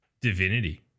Divinity